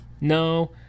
No